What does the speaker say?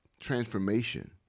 transformation